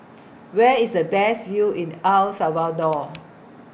Where IS The Best View in El Salvador